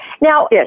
Now